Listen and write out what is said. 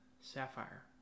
Sapphire